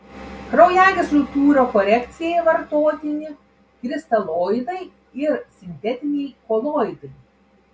kraujagyslių tūrio korekcijai vartotini kristaloidai ir sintetiniai koloidai